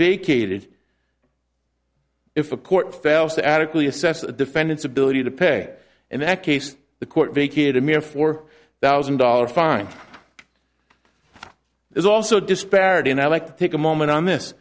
vacated if a court fails to adequately assess the defendant's ability to pay and that case the court vacated a mere four thousand dollars fine there's also disparity and i like to take a moment on this